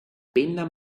penna